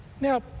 Now